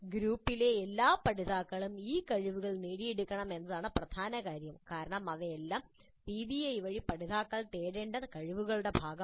ഗ്രൂപ്പിലെ എല്ലാ പഠിതാക്കളും ഈ കഴിവുകൾ നേടിയെടുക്കണം എന്നതാണ് പ്രധാന കാര്യം കാരണം ഇവയെല്ലാം പിബിഐ വഴി പഠിതാക്കൾ നേടേണ്ട കഴിവുകളുടെ ഭാഗമാണ്